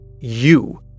You